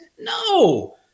No